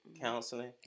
counseling